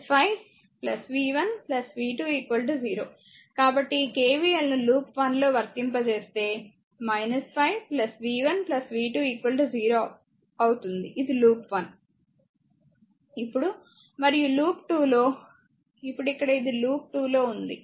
కాబట్టిఈ KVL ను loop 1 లో వర్తింపజేస్తే 5 v1 v2 0 అవుతుంది ఇది లూప్ 1 ఇప్పుడు మరియు లూప్ 2 లో ఇప్పుడు ఇక్కడ ఇది లూప్ 2 లో ఉంది